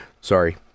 Sorry